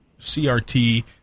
CRT